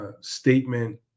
statement